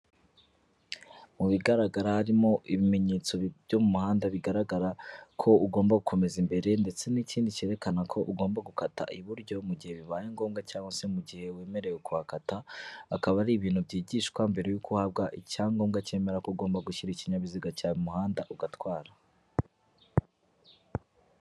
Mu bigaragara harimo ibimenyetso byo mu muhanda bigaragara, ko ugomba gukomeza imbere ndetse n'ikindi cyerekana ko ugomba gukata iburyo. Mu gihe bibaye ngombwa cyangwa se mu gihe wemerewe kuhakata. Akaba ari ibintu byigishwa mbere yuko uhabwa icyangombwa cyemera ko ugomba gushyira ikinyabiziga cyaba mu muhanda ugatwara.